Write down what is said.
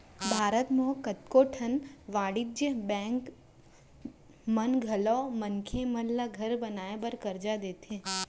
भारत म कतको ठन वाणिज्य बेंक मन घलौ मनसे मन ल घर बनाए बर करजा देथे